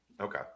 Okay